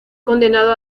condenado